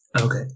okay